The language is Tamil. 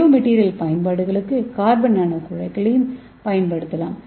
பயோ மெட்டீரியல் பயன்பாடுகளுக்கு கார்பன் நானோகுழாய்களையும் பயன்படுத்தலாம்